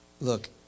look